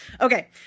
Okay